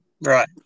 Right